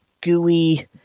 gooey